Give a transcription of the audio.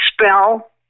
spell